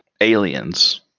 Aliens